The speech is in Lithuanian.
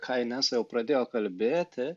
ką inesa jau pradėjo kalbėti